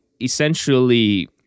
essentially